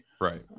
Right